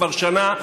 כבר שנה,